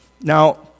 Now